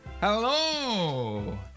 hello